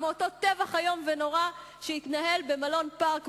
כמו אותו טבח איום ונורא שהתנהל במלון "פארק"